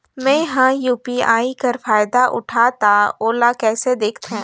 मैं ह यू.पी.आई कर फायदा उठाहा ता ओला कइसे दखथे?